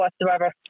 whatsoever